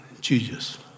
Jesus